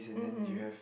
mmhmm